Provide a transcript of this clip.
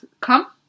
come